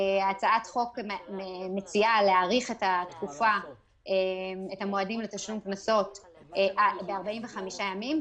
הצעת החוק מציעה להאריך את המועדים לתשלום קנסות ב-45 ימים,